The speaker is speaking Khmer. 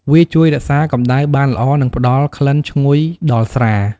វាជួយរក្សាកំដៅបានល្អ និងផ្ដល់ក្លិនឈ្ងុយដល់ស្រា។